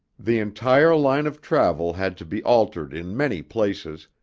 the entire line of travel had to be altered in many places,